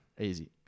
Easy